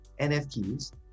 NFTs